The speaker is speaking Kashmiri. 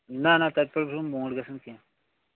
نہ نہ تَتہِ پٮ۪ٹھٕ گوٚژھ نہٕ موڑ گَژھُن کیٚنٛہہ